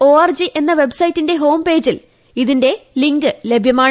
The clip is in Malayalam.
ൃഴ എന്ന വെബ്സൈറ്റിന്റെ ഹോം പേജിൽ ഇതിന്റെ ലിങ്ക് ലഭ്യമാണ്